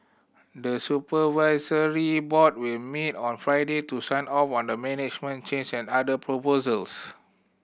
the supervisory board will meet on Friday to sign off on the management change and other proposals